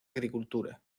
agricultura